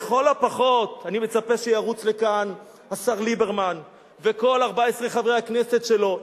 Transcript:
לכל הפחות אני מצפה שירוץ לכאן השר ליברמן וכל 14 חברי הכנסת שלו.